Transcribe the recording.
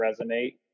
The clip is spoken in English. resonate